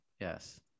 yes